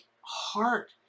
heart